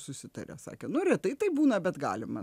susitarė sakė nu retai taip būna bet galima